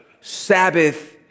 Sabbath